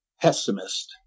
pessimist